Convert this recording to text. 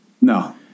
No